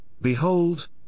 behold